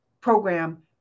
program